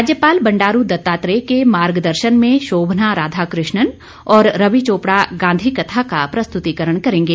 राज्यपाल बंडारू दत्तात्रेय के मार्गदर्शन में शोभना राधाकृष्णन और रवि चौपड़ा गांधी कथा का प्रस्तुतिकरण करेंगे